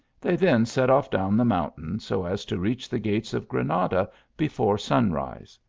they then set off down the mountain, so as to reach the gates of granada before sunrise.